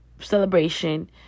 celebration